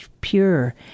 pure